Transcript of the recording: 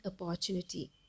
opportunity